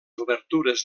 obertures